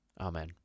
Amen